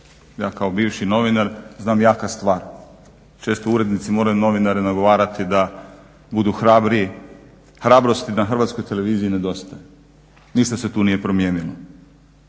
ja kao bivši novinar znam jaka stvar. Često urednici moraju novinare nagovarati da budu hrabriji. Hrabrosti na Hrvatskoj televiziji nedostaje. Ništa se tu nije promijenilo.